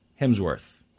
Hemsworth